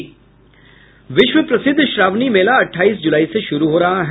विश्व प्रसिद्ध श्रावणी मेला अठाईस जुलाई से शुरू हो रहा है